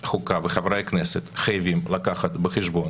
חוקה וחברי הכנסת חייבים לקחת בחשבון